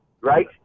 right